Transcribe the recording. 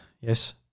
Yes